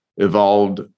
Evolved